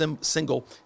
single